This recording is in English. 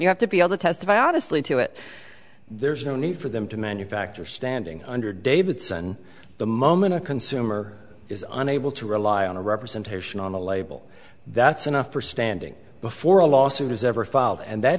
you have to be able to testify obviously to it there's no need for them to manufacture standing under davidson the moment a consumer is unable to rely on a representation on the label that's enough for standing before a lawsuit is ever filed and that